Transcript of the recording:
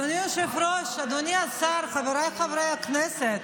אדוני היושב-ראש, אדוני השר, חבריי חברי הכנסת,